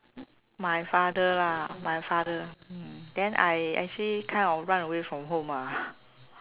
my father ah my father mm then I actually kind of run away from home ah